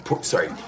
sorry